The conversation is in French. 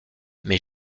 mais